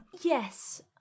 Yes